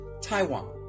Taiwan